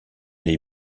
les